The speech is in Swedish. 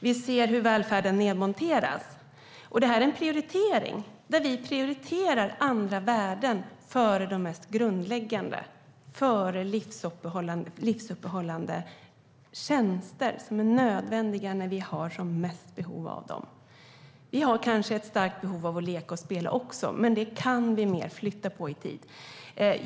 Vi ser hur välfärden monteras ned, vilket tycks vara en prioritering. Samhället prioriterar andra värden framför de mest grundläggande och framför livsuppehållande tjänster som är nödvändiga när vi har som mest behov av dem. Man kanske har ett stort behov även av lek och spel, men det kan vi flytta på i tid.